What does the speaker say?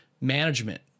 management